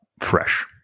fresh